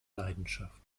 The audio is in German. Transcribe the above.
leidenschaft